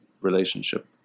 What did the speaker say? relationship